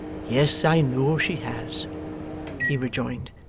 yes. i know she has he rejoined.